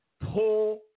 pull